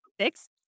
six